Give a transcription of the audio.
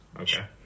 Okay